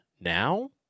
now